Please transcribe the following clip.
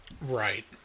Right